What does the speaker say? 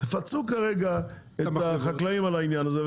תפצו כרגע את החקלאים על העניין הזה,